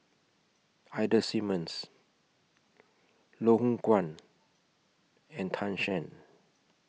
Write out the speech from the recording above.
Ida Simmons Loh Hoong Kwan and Tan Shen